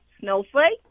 Snowflake